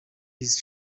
his